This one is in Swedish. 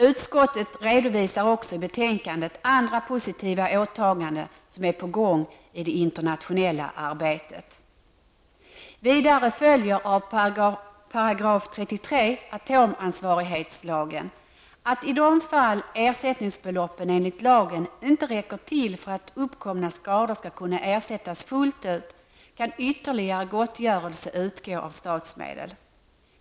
Utskottet redovisar också i betänkandet andra positiva åtaganden som är på gång i det internationella arbetet. Av 33 § atomansvarighetslagen följer vidare, att i de fall ersättningsbeloppen enligt lagen inte räcker till för att uppkomna skador skall kunna ersättas fullt ut, kan ytterligare gottgörelse utgå av statsmedel.